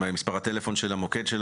מה עם מספר הטלפון של המוקד,